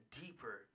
deeper